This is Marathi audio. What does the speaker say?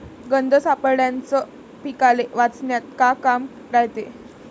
गंध सापळ्याचं पीकाले वाचवन्यात का काम रायते?